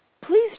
Please